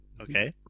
Okay